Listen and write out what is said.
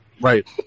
Right